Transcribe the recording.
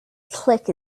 click